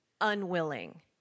unwilling